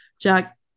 Jack